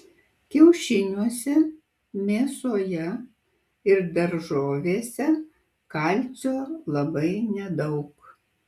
kiaušiniuose mėsoje ir daržovėse kalcio labai nedaug